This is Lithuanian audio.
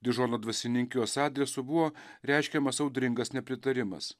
dižono dvasininkijos adresu buvo reiškiamas audringas nepritarimas